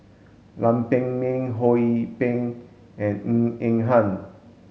Lam Pin Min Ho Yee Ping and Ng Eng Hen